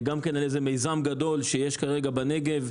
יש מיזם גדול כרגע בנגב,